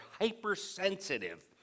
hypersensitive